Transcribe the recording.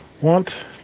want